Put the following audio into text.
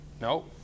No